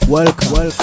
Welcome